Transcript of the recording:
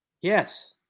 Yes